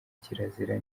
kirazira